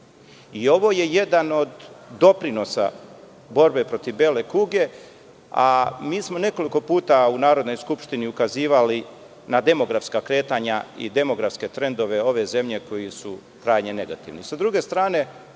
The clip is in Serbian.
Ovo je jedan od doprinosa borbe protiv bele kuga, a mi smo nekoliko puta u Narodnoj skupštini ukazivali na demografska kretanja i demografske trendove ove zemlje koji su krajnje negativni.S